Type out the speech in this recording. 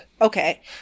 Okay